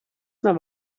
nav